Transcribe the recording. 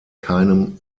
keinem